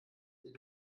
die